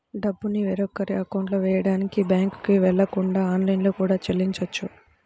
డబ్బుని వేరొకరి అకౌంట్లో వెయ్యడానికి బ్యేంకుకి వెళ్ళకుండా ఆన్లైన్లో కూడా చెల్లించొచ్చు